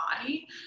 body